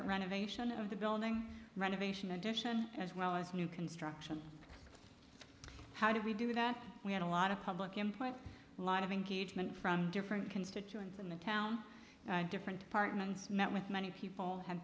at renovation of the building renovation edition as well as new construction how do we do that we had a lot of public employees lot of engagement from different constituents in the town different departments met with many people had